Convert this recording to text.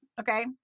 okay